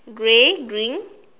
grey green